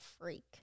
freak